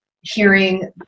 hearing